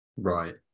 Right